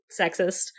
sexist